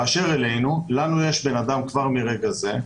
באשר אלינו לנו יש בן אדם כבר מרגע זה,